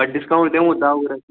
تۄہہِ ڈِسکاوُنٛٹ دِمو داہ وُہ رۄپیہِ